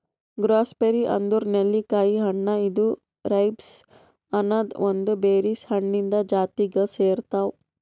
gooseberry ಅಂದುರ್ ನೆಲ್ಲಿಕಾಯಿ ಹಣ್ಣ ಇದು ರೈಬ್ಸ್ ಅನದ್ ಒಂದ್ ಬೆರೀಸ್ ಹಣ್ಣಿಂದ್ ಜಾತಿಗ್ ಸೇರ್ತಾವ್